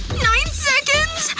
nine seconds!